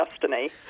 destiny